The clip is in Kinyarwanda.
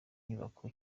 nyubako